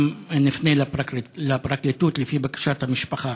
גם נפנה לפרקליטות, לפי בקשת המשפחה.